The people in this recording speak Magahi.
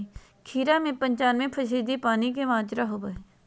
खीरा में पंचानबे फीसदी पानी के मात्रा होबो हइ